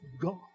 God